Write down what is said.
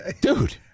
Dude